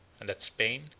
and that spain,